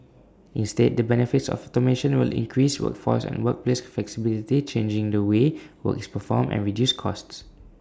instead the benefits of automation will increase workforce and workplace flexibility change the way work is performed and reduce costs